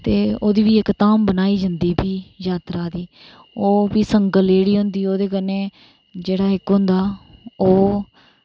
ते ओह्दी बी इक धाम बनाई जंदी फ्ही जात्तरा दी ओह् फ्ही संग्गल जेह्ड़ी होंदी ओह्दे कन्ने जेह्ड़ा इक होंदा ओ